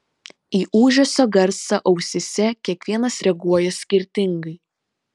į ūžesio garsą ausyse kiekvienas reaguoja skirtingai